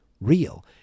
real